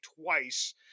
twice